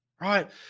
right